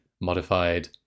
modified